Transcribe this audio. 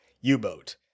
U-boat